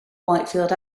whitefield